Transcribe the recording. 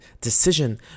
decision